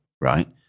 right